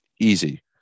Easy